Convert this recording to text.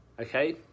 okay